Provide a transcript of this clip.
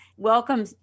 Welcome